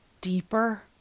deeper